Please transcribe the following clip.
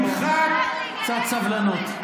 קצת סבלנות.